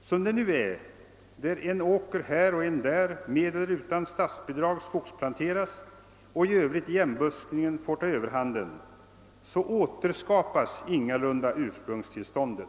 Som det nu är, när en åker här och en åker där med eller utan statsbidrag skogsplanteras och i övrigt igenbuskningen får ta överhanden, så återskapas ingalunda ursprungstillståndet.